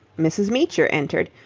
mrs. meecher entered,